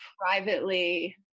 privately